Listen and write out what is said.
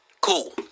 Cool